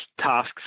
tasks